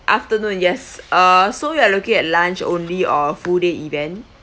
afternoon yes uh so you are looking at lunch only or full day event